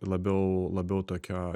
labiau labiau tokio